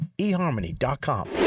eHarmony.com